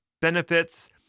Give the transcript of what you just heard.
benefits